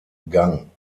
gang